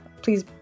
please